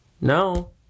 no